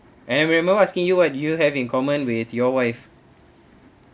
I remember asking you what do you have in common with your wife